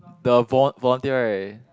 the vo~ volunteer right